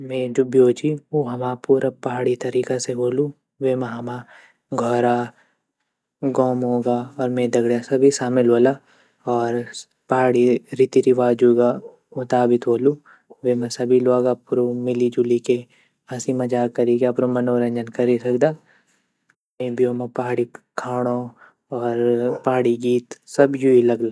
में जू आदर्श जन्मदिन ची उ एक साधारण लेकिन ख़ुशी से भर्यूँ दिन वोलू दगड़ियूँ और परिवार दगड़ी समय बितोंलू, केक काट लूँ, और हंसी मज़ाक़ कलू और सभों दाग़दी नाच गाना करी के जू में जन्मदिन ची उ मनाये जोलू।